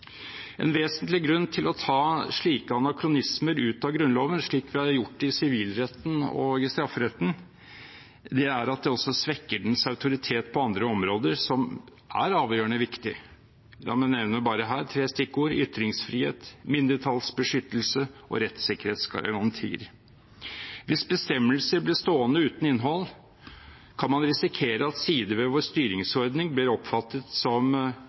En vesentlig grunn til å ta slike anakronismer ut av Grunnloven, slik vi har gjort i sivilretten og i strafferetten, er at det også svekker dens autoritet på andre områder som er avgjørende viktige. La meg her bare nevne tre stikkord: ytringsfrihet, mindretallsbeskyttelse og rettssikkerhetsgarantier. Hvis bestemmelser blir stående uten innhold, kan man risikere at sider ved vår styringsordning blir oppfattet som